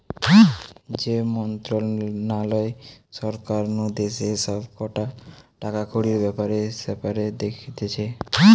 যে মন্ত্রণালয় সরকার নু দেশের সব কটা টাকাকড়ির ব্যাপার স্যাপার দেখতিছে